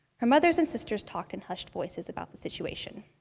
her mother and sisters talked in hushed voices about the situation.